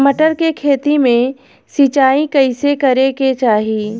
मटर के खेती मे सिचाई कइसे करे के चाही?